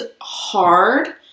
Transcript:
hard